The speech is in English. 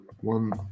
one